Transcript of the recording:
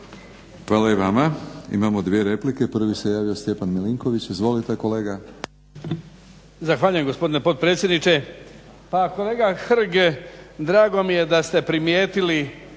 Hvala i vama. Imamo dvije replike, prvi se javio Stjepan Milinković. Izvolite kolega.